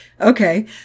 Okay